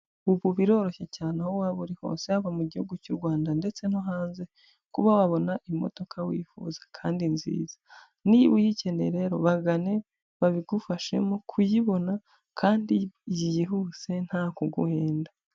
Ubu biroroshye cyane aho waba uri hose haba mu gihugu cy'u Rwanda ndetse no hanze kuba wabona imodoka wifuza kandi nziza. Niba uyikeneye rero bagane babigufashemo kuyibona kandi byihuse nta kuguhenda.